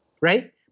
right